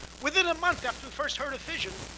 within a month, after we first heard of fission,